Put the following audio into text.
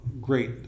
great